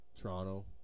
toronto